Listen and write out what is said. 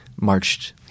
marched